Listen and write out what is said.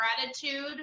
gratitude